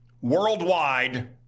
worldwide